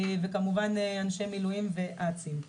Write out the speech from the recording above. כמובן אנשי מילואים ואעצ"ים.